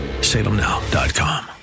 salemnow.com